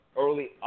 early